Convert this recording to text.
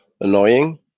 annoying